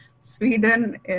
Sweden